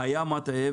היה מטעה.